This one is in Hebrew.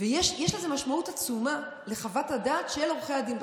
יש משמעות עצומה לחוות הדעת של עורכי הדין.